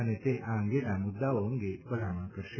અને તે આ અંગેના મૂદ્દાઓ અંગે ભલામણ કરશે